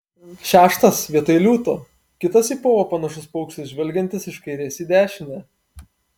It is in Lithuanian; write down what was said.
šeštas vietoj liūto kitas į povą panašus paukštis žvelgiantis iš kairės į dešinę